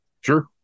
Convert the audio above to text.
Sure